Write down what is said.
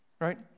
Right